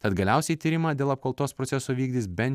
tad galiausiai tyrimą dėl apkaltos proceso vykdys bent